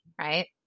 right